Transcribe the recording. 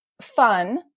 fun